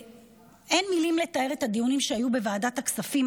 אין מילים לתאר את הדיונים שהיו בוועדת הכספים,